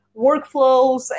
workflows